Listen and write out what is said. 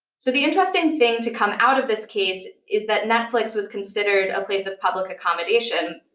so the interesting thing to come out of this case is that netflix was considered a place of public accommodation,